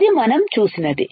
ఇది మనం చూసినది